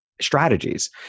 strategies